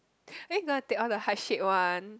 then you're gonna take all the heart shape one